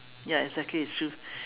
ya exactly it's true